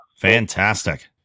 Fantastic